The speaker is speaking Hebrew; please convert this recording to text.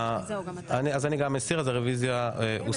אז אני גם מסיר, אז הרוויזיה הוסרה.